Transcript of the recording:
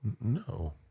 No